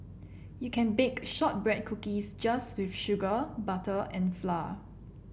you can bake shortbread cookies just with sugar butter and flour